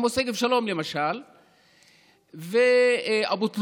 כמו שגב שלום ואבו תלול.